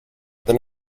than